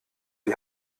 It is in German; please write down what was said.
die